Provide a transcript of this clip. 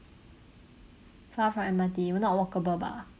far from M_R_T not walkable bah